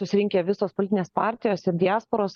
susirinkę visos politinės partijos ir diasporos